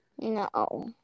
No